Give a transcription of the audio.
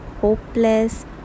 hopeless